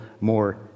more